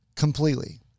Completely